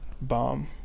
bomb